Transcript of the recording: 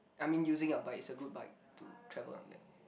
I mean using your bike is a good bike to travel